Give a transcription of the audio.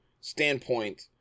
standpoint